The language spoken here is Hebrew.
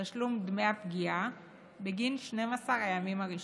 תשלום דמי הפגיעה בגין 12 הימים הראשונים.